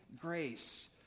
grace